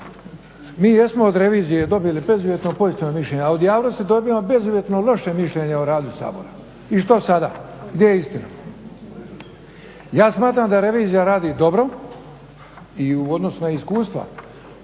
Mi jesmo od revizije dobili bezuvjetno pozitivno mišljenje, a od javnosti dobivamo bezuvjetno loše mišljenje o radu Sabora. I što sada? Gdje je istina? Ja smatram da revizija radi dobro i u odnosu na iskustva